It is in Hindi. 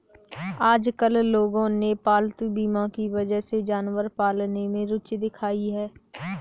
आजकल लोगों ने पालतू बीमा की वजह से जानवर पालने में रूचि दिखाई है